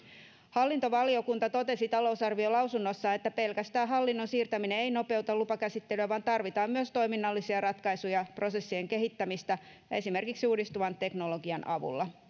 hallintovaliokunta totesi talousarviolausunnossa että pelkästään hallinnon siirtäminen ei nopeuta lupakäsittelyä vaan tarvitaan myös toiminnallisia ratkaisuja prosessien kehittämistä esimerkiksi uudistuvan teknologian avulla